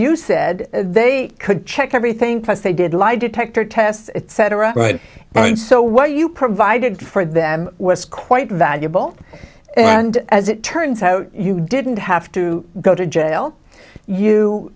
you said they could check everything plus they did lie detector tests etc right so what you provided for them was quite valuable and as it turns out you didn't have to go to jail